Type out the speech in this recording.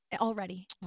already